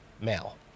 mail